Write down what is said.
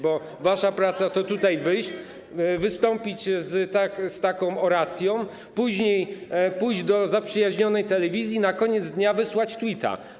Bo wasza praca to tutaj wyjść, wystąpić z taką oracją, później pójść do zaprzyjaźnionej telewizji i na koniec dnia wysłać tweeta.